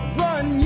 run